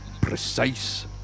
precise